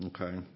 Okay